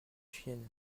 chiennes